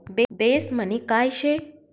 Base money काय शे?